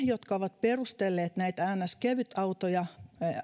jotka ovat perustelleet näitä niin sanottu kevytautoja